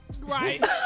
Right